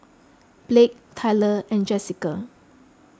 Blake Tyler and Jesica